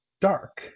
dark